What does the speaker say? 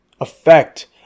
effect